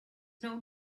known